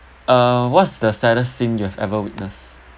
uh what's the saddest scene you have ever witness